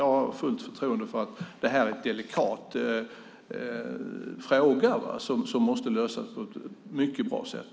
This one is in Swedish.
Jag har fullt förtroende för att denna delikata fråga kommer att lösas på ett mycket bra sätt.